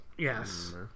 Yes